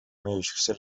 имеющихся